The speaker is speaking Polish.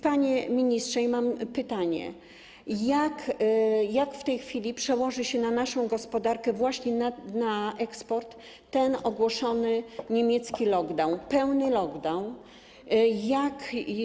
Panie ministrze, mam pytanie: Jak w tej chwili przełoży się na naszą gospodarkę, właśnie na eksport, ten ogłoszony niemiecki lockdown, pełny lockdown?